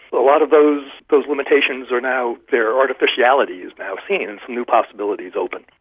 a lot of those those limitations are now, their artificiality is now seen and some new possibilities open.